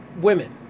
women